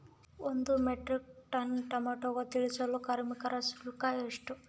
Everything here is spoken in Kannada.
ಒಂದು ಮೆಟ್ರಿಕ್ ಟನ್ ಟೊಮೆಟೊ ಇಳಿಸಲು ಕಾರ್ಮಿಕರ ಶುಲ್ಕ ಎಷ್ಟು?